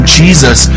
jesus